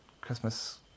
Christmas